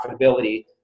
profitability